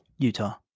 Utah